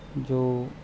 ਜੋ